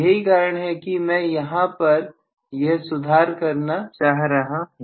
यही कारण है कि मैं यहां पर यह सुधार करना चाह रहा हूं